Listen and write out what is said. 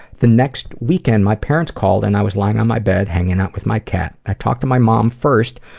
the next weekend my parents called and i was lying on my bed, hanging out with my cat. i talked to my mom first,